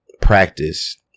practice